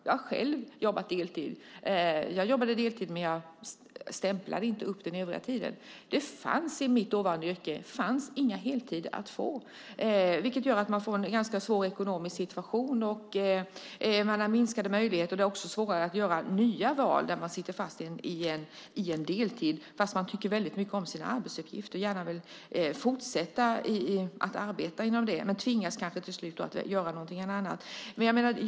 Jag har själv jobbat deltid. Jag jobbade deltid, men jag stämplade inte för den övriga tiden. Det fanns i mitt dåvarande yrke inga heltider att få, vilket gör att man får en ganska svår ekonomisk situation. Man har minskade möjligheter. Det är också svårare att göra nya val när man sitter fast i en deltid fast man tycker väldligt mycket om sina arbetsuppgifter och gärna vill fortsätta att arbeta med dem. Man tvingas kanske till slut att göra något annat.